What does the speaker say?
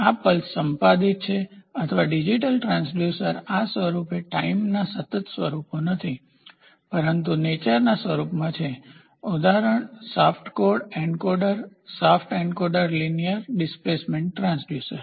આ પલ્સ સ્પંદિત છે અથવા ડિજિટલ ટ્રાંસડ્યુસર આ સ્વરૂપો ટાઇમસમયના સતત સ્વરૂપો નથી પરંતુ નેચરના સ્વરૂપમાં છે ઉદાહરણ shaft code encoder shaft encoder લિનિયરરેખીય ડિસ્પ્લેસમેન્ટ ટ્રાંસડ્યુસર